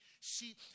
See